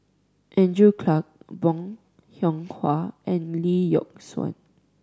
Andrew Clarke Bong Hiong Hwa and Lee Yock Suan